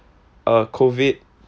uh COVID